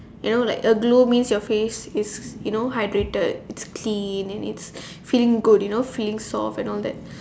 you know like a glow means your face is you know hydrated it's clean and it's feeling good you know feeling soft and all that